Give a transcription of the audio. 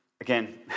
again